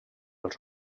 els